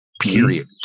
period